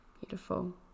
Beautiful